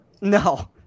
No